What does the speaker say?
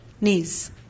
knees